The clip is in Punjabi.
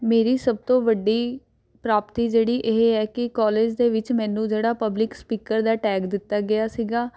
ਮੇਰੀ ਸਭ ਤੋਂ ਵੱਡੀ ਪ੍ਰਾਪਤੀ ਜਿਹੜੀ ਇਹ ਹੈ ਕਿ ਕਾਲਜ ਦੇ ਵਿੱਚ ਮੈਨੂੰ ਜਿਹੜਾ ਪਬਲਿਕ ਸਪੀਕਰ ਦਾ ਟੈਗ ਦਿੱਤਾ ਗਿਆ ਸੀਗਾ